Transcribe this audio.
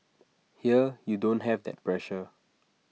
here you don't have that pressure